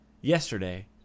yesterday